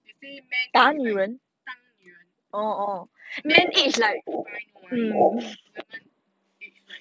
they say man age like 当女人 man age like fine wine women age like